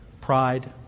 pride